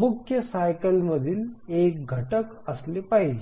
मुख्य सायकल मधील एक घटक असले पाहिजे